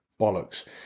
bollocks